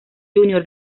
junior